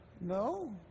No